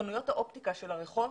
חנויות האופטיקה של הרחוב